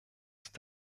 ist